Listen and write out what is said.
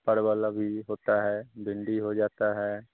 परवल अभी होता है भिन्डी हो जाता है